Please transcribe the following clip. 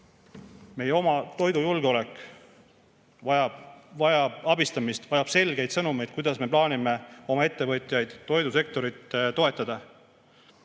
Meie oma toidujulgeolek vajab abi, vajab selgeid sõnumeid, kuidas me plaanime oma ettevõtjaid, toidusektorit toetada.